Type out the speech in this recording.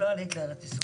את לא עלית לארץ ישראל.